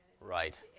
Right